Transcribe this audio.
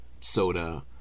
soda